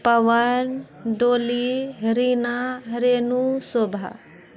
Pawan Dolly Reena Renu Shobha